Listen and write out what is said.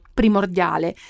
primordiale